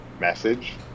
message